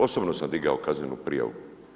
Osobno sam digao kaznenu prijavu.